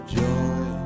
joy